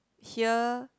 here